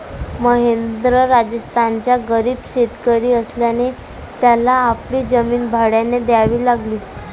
महेंद्र राजस्थानचा गरीब शेतकरी असल्याने त्याला आपली जमीन भाड्याने द्यावी लागली